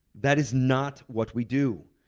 that is not what we do,